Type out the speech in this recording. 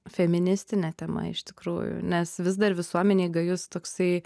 feministinė tema iš tikrųjų nes vis dar visuomenėj gajus toksai